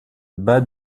bas